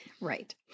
Right